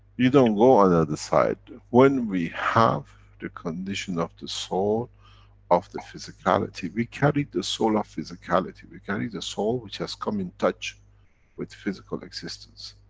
you don't go on the other side. when we have the condition of the soul of the physicality, we carry the soul of physicality, we carry the soul which has come in touch with physical existence.